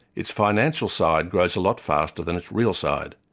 its financial side grows a lot faster than its real side.